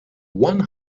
one